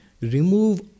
Remove